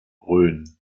rhön